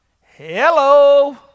Hello